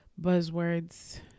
buzzwords